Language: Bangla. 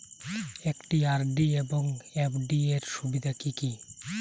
একটি আর.ডি এবং এফ.ডি এর সুবিধা কি কি?